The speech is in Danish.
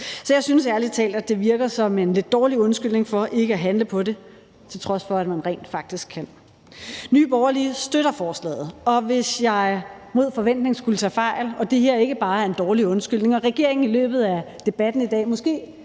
Så jeg synes ærlig talt, at det virker som en lidt dårlig undskyldning for ikke at handle på det, til trods for at man rent faktisk kan. Nye Borgerlige støtter forslaget, og hvis jeg mod forventning skulle tage fejl og det her ikke bare er en dårlig undskyldning og regeringen i løbet af debatten i dag måske